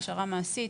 הכשרה מעשית,